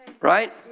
Right